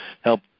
help